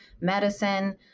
medicine